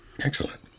Excellent